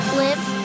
live